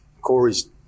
Corey's